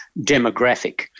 demographic